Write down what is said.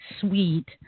sweet